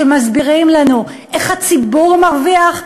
כשמסבירים לנו איך הציבור מרוויח,